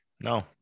No